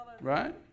right